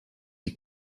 die